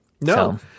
No